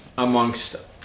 amongst